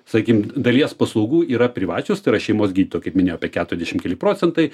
sakykim dalies paslaugų yra privačios šeimos gydytojo kaip minėjau apie keturiasdešim keli procentai